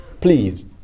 Please